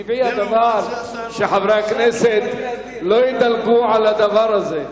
טבעי הדבר שחברי הכנסת לא ידלגו על הדבר הזה.